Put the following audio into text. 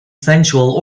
sensual